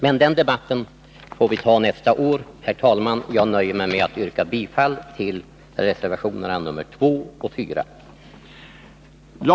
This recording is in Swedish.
Men den debatten får vi ta nästa år. Herr talman! Jag nöjer mig med att yrka bifall till reservationerna nr 2 och 4.